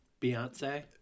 beyonce